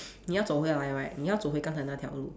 你要走回来 right 你要走回刚才那条路